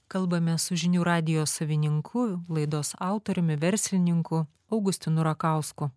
kalbamės su žinių radijo savininku laidos autoriumi verslininku augustinu rakausku